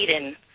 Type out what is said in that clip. Eden